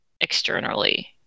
externally